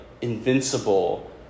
invincible